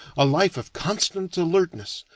a life of constant alertness,